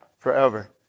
forever